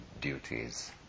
duties